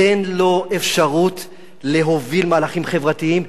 תן לו אפשרות להוביל מהלכים חברתיים.